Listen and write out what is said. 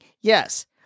Yes